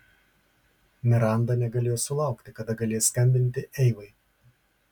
miranda negalėjo sulaukti kada galės skambinti eivai